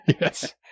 Yes